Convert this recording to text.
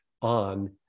on